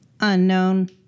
Unknown